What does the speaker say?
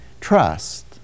trust